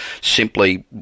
simply